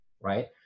right